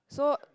so